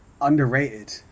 underrated